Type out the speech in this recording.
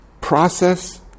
process